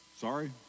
sorry